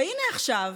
והינה עכשיו,